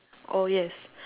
oh yes